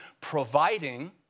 providing